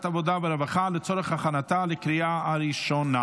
העבודה והרווחה לצורך הכנתה לקריאה הראשונה.